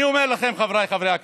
אני אומר לכם, חבריי חברי הכנסת,